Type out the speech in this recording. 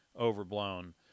overblown